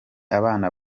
abana